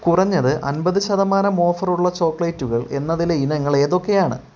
കുറഞ്ഞത് അൻപത് ശതമാനം ഓഫറുള്ള ചോക്ലേറ്റുകൾ എന്നതിലെ ഇനങ്ങൾ ഏതൊക്കെയാണ്